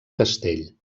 castell